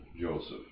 Joseph